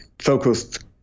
Focused